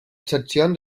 seccions